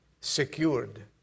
secured